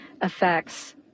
affects